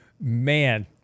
man